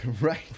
Right